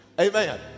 amen